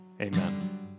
Amen